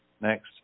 next